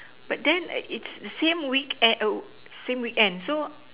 but then it's same week same weekend so